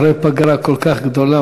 אחרי פגרה כל כך גדולה,